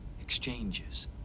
exchanges